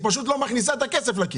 היא פשוט לא מכניסה את הכסף לכיס.